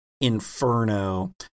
inferno